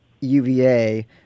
UVA